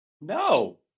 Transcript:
No